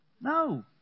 No